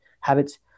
habits